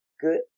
good